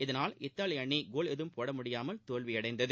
இதனால் இத்தாலி அணி கோல் எதுவும் போட இயலாமல் தோல்வியடைந்தது